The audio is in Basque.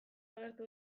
agertu